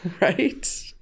Right